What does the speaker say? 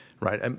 right